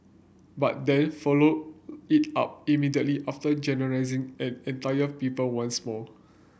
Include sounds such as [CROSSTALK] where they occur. but then followed it up immediately [UNINTELLIGIBLE] generalising an entire people once more